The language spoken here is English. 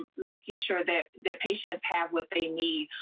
ah making sure that that patients have what they need,